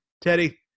Teddy